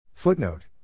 Footnote